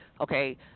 okay